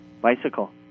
Bicycle